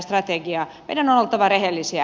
meidän on oltava rehellisiä